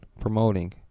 promoting